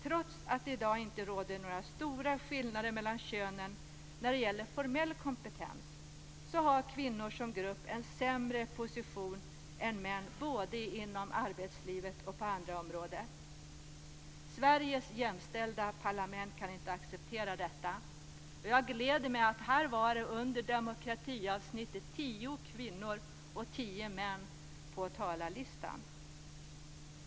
Trots att det i dag inte råder några stora skillnader mellan könen när det gäller formell kompetens, så har kvinnor som grupp en sämre position än män både inom arbetslivet och på andra områden. Sveriges jämställda parlament kan inte acceptera detta. Och det gläder mig att det under demokratiavsnittet var tio kvinnor och tio män på talarlistan.